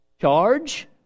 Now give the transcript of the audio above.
charge